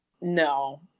No